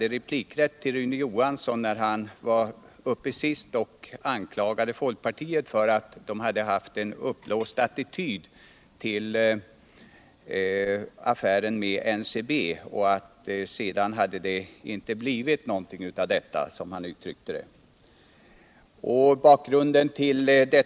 Rune Johansson anklagade folkpartiet för att ha en uppblåst attityd till affären med NCB och att det senare inte blivit något av detta, som han uttryckte det. Eftersom jag då inte ägde någon replikrätt har jag nu begärt ordet.